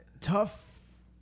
Tough